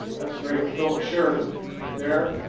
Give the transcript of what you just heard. that's the grave of phillip sheridan, right there.